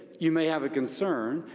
you may have a concern,